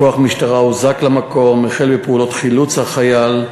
כוח משטרה הוזעק למקום והחל בפעולות חילוץ החייל.